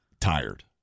tired